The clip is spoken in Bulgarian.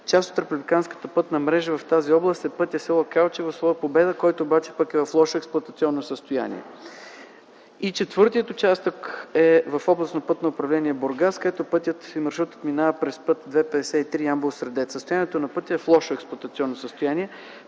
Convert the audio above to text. Част от републиканската пътна мрежа в тази област е пътят с. Калчево – с. Победа, който обаче е в лошо експлоатационно състояние. И четвъртият участък е в Областно пътно управление – Бургас, където пътят, маршрутът минава през път 2-53 Ямбол–Средец. Пътят е в лошо експлоатационно състояние.